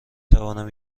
توانم